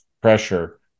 pressure